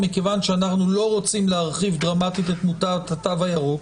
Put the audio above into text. מכיוון שאתם לא רוצים להרחיב דרמטית את מוטת התו הירוק,